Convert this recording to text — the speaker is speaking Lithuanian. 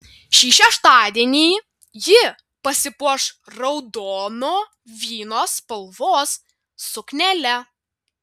šį šeštadienį ji pasipuoš raudono vyno spalvos suknele